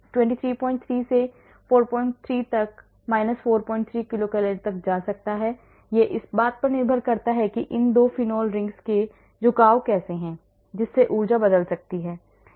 इसे देखो यह 233 से 43 तक 43 किलो कैलोरी तक जा सकता है यह इस बात पर निर्भर करता है कि इन 2 Phenol rings के ये झुकाव कैसे हैं जिससे ऊर्जा बदल सकती है